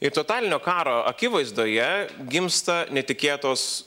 ir totalinio karo akivaizdoje gimsta netikėtos